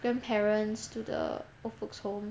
grandparents to the old folks home